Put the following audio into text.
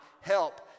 help